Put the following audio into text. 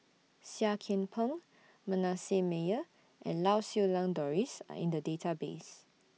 Seah Kian Peng Manasseh Meyer and Lau Siew Lang Doris Are in The Database